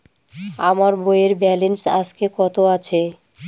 আমার বইয়ের ব্যালেন্স আজকে কত আছে?